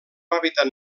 hàbitat